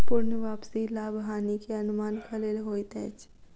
पूर्ण वापसी लाभ हानि के अनुमानक लेल होइत अछि